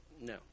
No